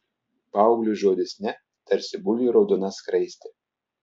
paaugliui žodis ne tarsi buliui raudona skraistė